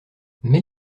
mais